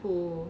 who